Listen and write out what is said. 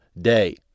day